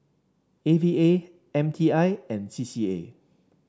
A V A M T I and C C A